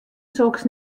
soks